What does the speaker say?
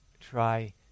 try